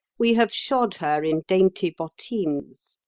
we have shod her in dainty bottines,